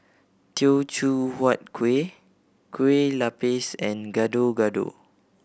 Teochew Huat Kuih Kueh Lapis and Gado Gado